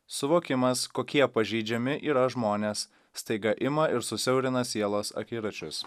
suvokimas kokie pažeidžiami yra žmonės staiga ima ir susiaurina sielos akiračius